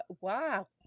wow